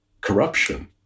corruption